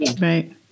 Right